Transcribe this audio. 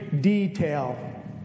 detail